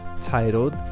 titled